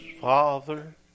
Father